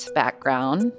background